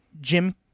Jim